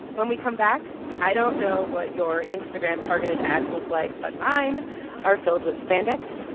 when we come back, i don't know what your instagram-targeted ads look like, but mine are filled with spandex.